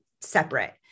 separate